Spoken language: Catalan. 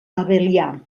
abelià